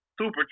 Super